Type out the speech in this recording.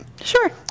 Sure